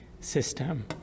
system